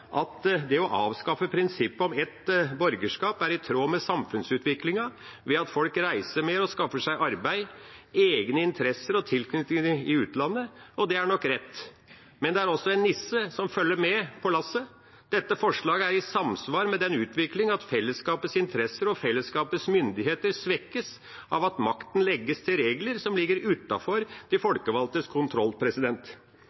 at det å avskaffe prinsippet om ett borgerskap er i tråd med samfunnsutviklingen, ved at folk reiser mer og skaffer seg arbeid, egne interesser og tilknytninger i utlandet, og det er nok rett. Men det er også en nisse som følger med på lasset. Dette forslaget er i samsvar med en utvikling der fellesskapets interesser og fellesskapets myndigheter svekkes av at makten legges til regler som ligger utenfor de